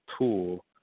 tool